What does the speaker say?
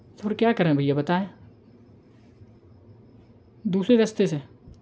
फिर क्या करें भैया बताएँ दूसरे रास्ते से